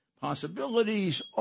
Possibilities